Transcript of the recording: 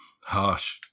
Harsh